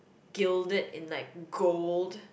gilded in like gold